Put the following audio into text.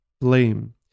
blame